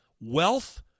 wealth